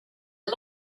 lot